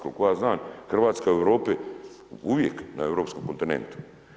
Koliko ja znam Hrvatska je u Europi uvijek na europskom kontinentu.